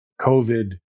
COVID